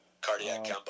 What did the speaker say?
Cardiac